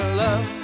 love